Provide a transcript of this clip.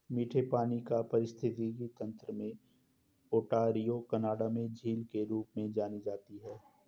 मीठे पानी का पारिस्थितिकी तंत्र में ओंटारियो कनाडा में झील के रूप में जानी जाती है